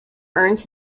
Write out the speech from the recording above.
earned